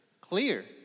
clear